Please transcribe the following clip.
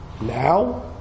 now